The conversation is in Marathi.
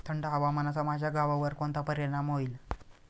थंड हवामानाचा माझ्या गव्हावर कोणता परिणाम होईल?